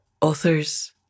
authors